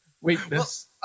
weakness